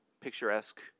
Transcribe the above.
picturesque